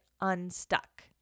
unstuck